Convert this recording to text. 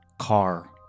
car